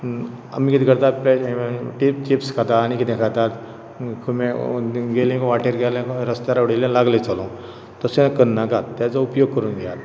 आमी कितें करतात पेडे तेच चिप्स खाता आनीक कितें खातात खंय गेलीं वाटेर गेले रस्त्यार उडयलें लागले चलोंक तशें करनाकात तेजो उपयोग करून घेयात